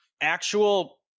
actual